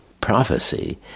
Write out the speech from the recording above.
prophecy